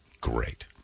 great